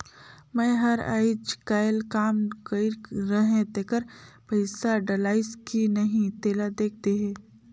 मै हर अईचकायल काम कइर रहें तेकर पइसा डलाईस कि नहीं तेला देख देहे?